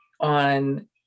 on